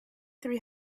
three